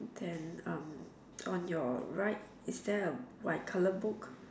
then um on your right is there a white colour book